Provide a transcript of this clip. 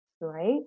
Right